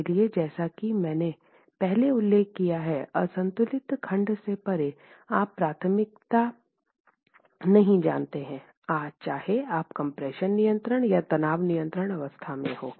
इसलिए जैसा कि मैंने पहले उल्लेख किया है संतुलित खंड से परे आप प्राथमिक नहीं जानते हैं चाहे आप कम्प्रेशन नियंत्रण या तनाव नियंत्रण अवस्था में हो